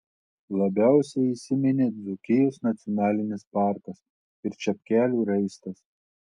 labiausiai įsiminė dzūkijos nacionalinis parkas ir čepkelių raistas